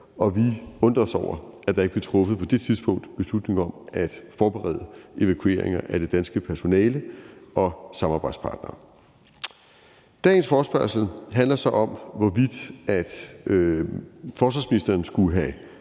og vi undrede os over, at der ikke på det tidspunkt blev truffet beslutning om at forberede evakuering af det danske personale og samarbejdspartnere. Dagens forespørgsel handler så om, hvorvidt forsvarsministeren skulle have